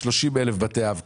שש אני אדייק.